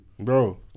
Bro